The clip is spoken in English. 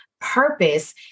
purpose